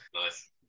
Nice